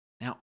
Now